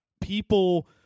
people –